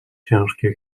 ciężkie